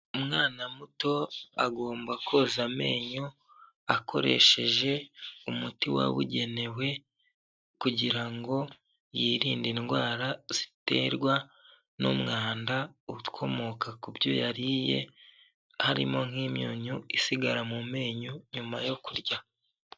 Umwana muto agomba koza amenyo akoresheje umuti wabugenewe kugira ngo yirinde indwara ziterwa n'umwanda ukomoka ku byo yariye, harimo nk'imyunyu isigara mu menyo nyuma yo kurya.